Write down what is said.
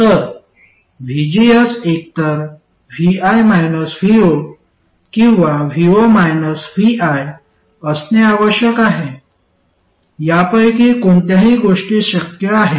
तर vgs एकतर vi vo किंवा vo vi असणे आवश्यक आहे यापैकी कोणत्याही गोष्टी शक्य आहे